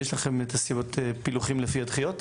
יש לכם את הפילוחים לפי הדחיות?